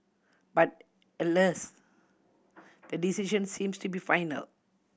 but alas the decision seems to be final